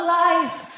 life